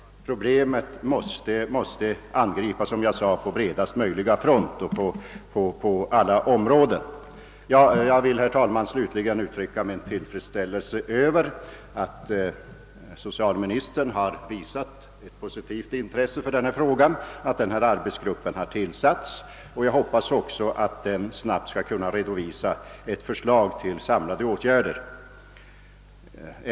Problemet måste, som jag sade, angripas på bredast möjliga front och på alla områden. Jag vill, herr talman, slutligen uttrycka min tillfredsställelse över att socialministern har visat ett positivt intresse för denna fråga och över att denna arbetsgrupp har tillsatts. Jag hoppas att den snabbt skall kunna redovisa ett förslag till samlade åtgärder.